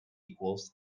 equals